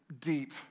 deep